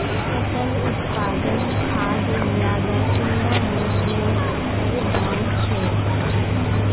फसल उत्पादन खाद ज्यादा कुंडा मोसमोत उपजाम छै?